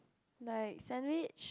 like sandwich